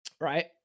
Right